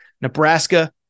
Nebraska